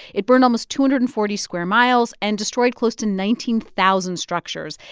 it burned almost two hundred and forty square miles and destroyed close to nineteen thousand structures,